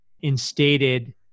instated